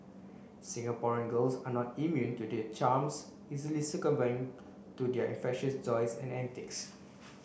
Singaporean girls are not immune to their charms easily succumbing to their infectious joys and antics